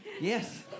Yes